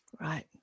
Right